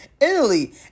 Italy